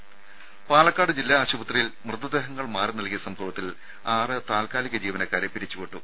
രുമ പാലക്കാട് ജില്ലാ ആശുപത്രിയിൽ മൃതദേഹങ്ങൾ മാറി നൽകിയ സംഭവത്തിൽ ആറ് താൽക്കാലിക ജീവനക്കാരെ പിരിച്ചുവിട്ടു